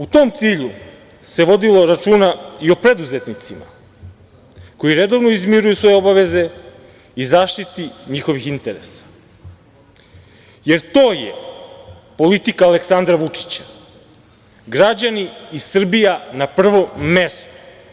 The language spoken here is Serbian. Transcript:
U tom cilju se vodilo računa i o preduzetnicima koji redovno izmiruju svoje obaveze i zaštiti njihovih interesa, jer to je politika Aleksandra Vučića - građani i Srbija na prvom mestu.